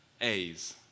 A's